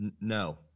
no